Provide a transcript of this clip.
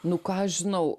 nu ką aš žinau